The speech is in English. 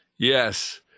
Yes